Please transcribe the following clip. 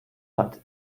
hat